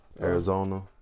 Arizona